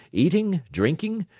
eating, drinking,